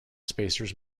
spacers